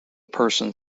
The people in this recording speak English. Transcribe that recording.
person